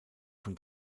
von